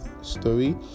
story